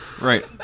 Right